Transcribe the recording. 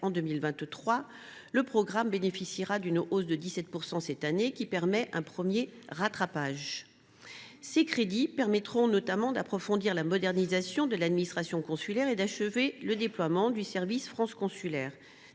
en 2023, le programme bénéficiera d’une hausse de 17 % cette année, ce qui permettra un premier rattrapage. Ces crédits permettront notamment d’approfondir la modernisation de l’administration consulaire et d’achever le déploiement du service France Consulaire.